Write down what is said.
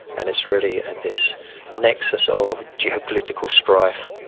and it's really at this nexus of geopolitical strife.